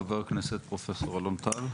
חבר הכנסת, פרופ' אלון טל.